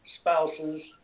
spouses